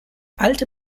alte